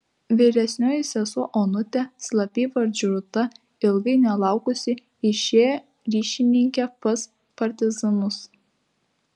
vyresnioji sesuo onutė slapyvardžiu rūta ilgai nelaukusi išėjo ryšininke pas partizanus